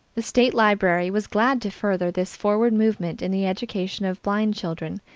the state library was glad to further this forward movement in the education of blind children,